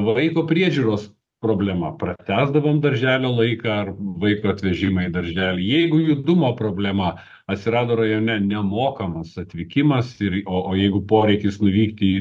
vaiko priežiūros problema pratęsdavom darželio laiką ar vaiko atvežimą į darželį jeigu judumo problema atsirado rajone nemokamas atvykimas ir o o jeigu poreikis nuvykti į